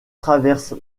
traverse